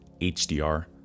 HDR